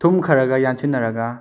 ꯊꯨꯝ ꯈꯔꯒ ꯌꯥꯟꯁꯤꯟꯅꯔꯒ